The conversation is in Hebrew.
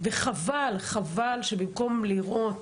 וחבל שבמקום לראות